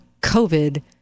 COVID